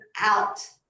out